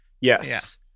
yes